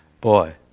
boy